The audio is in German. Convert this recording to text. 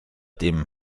dem